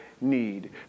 need